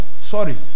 sorry